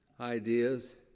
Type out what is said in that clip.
ideas